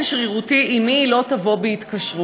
שרירותי עם מי היא לא תבוא בהתקשרות.